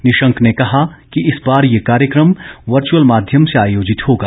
निशंक ने कहा कि इस बार यह कार्यक्रम वर्चुअल माध्यम से आयोजित होगा